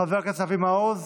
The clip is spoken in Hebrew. חבר הכנסת אבי מעוז,